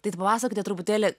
tai papasakokite truputėlį